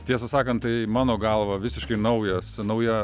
tiesą sakant tai mano galva visiškai naujas nauja